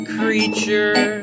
creature